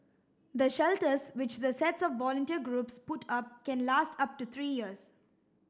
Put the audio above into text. the shelters which the sets of volunteer groups put up can last up to three years